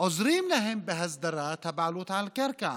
עוזרים להם בהסדרת הבעלות על הקרקע,